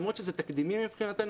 למרות שזה תקדימי מבחינתנו,